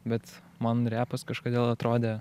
bet man repas kažkodėl atrodė